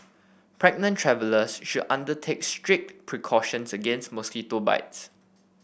pregnant travellers should undertake strict precautions against mosquito bites